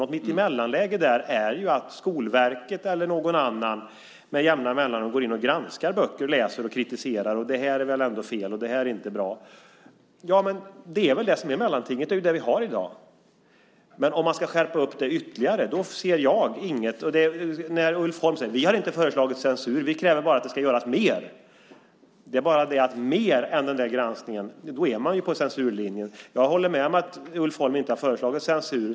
Ett mittemellanläge är att Skolverket eller någon annan med jämna mellanrum går in och granskar böcker, läser och kritiserar och säger: Det här är väl ändå fel, och det här är inte bra. Det är väl det som är mellantinget och det som vi har i dag. Det sägs att man ska skärpa det ytterligare. Ulf Holm säger: Vi har inte föreslagit censur, vi kräver bara att det ska göras mer. Det är bara det att om det är mer än den granskningen, då är man på censurlinjen. Jag håller med om att Ulf Holm inte har föreslagit censur.